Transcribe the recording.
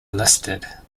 listed